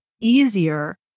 easier